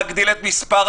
אני מחדש את הישיבה.